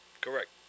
Correct